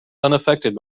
unaffected